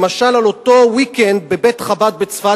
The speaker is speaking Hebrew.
למשל על אותו סוף שבוע בבית חב"ד בצפת,